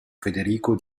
federico